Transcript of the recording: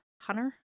Hunter